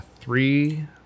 three